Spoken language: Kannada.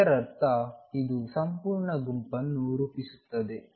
ಇದರರ್ಥ ಇದು ಸಂಪೂರ್ಣ ಗುಂಪನ್ನು ರೂಪಿಸುತ್ತದೆ